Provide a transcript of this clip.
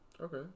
Okay